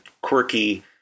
quirky